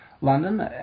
London